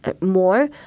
More